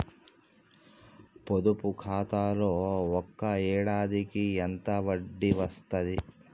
పొదుపు ఖాతాలో ఒక ఏడాదికి ఎంత వడ్డీ వస్తది?